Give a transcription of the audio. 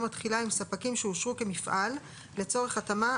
התחילה עם ספקים שאושרו כמפעל לצורך התאמה,